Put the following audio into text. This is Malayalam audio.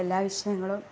എല്ലാ വിഷയങ്ങളും